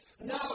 no